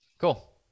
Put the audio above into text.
Cool